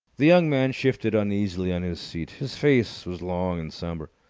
the young man shifted uneasily on his seat. his face was long and sombre.